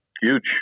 Huge